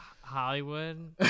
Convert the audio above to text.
hollywood